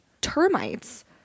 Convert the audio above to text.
termites